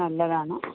നല്ലതാണ്